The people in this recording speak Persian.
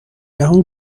جهان